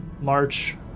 march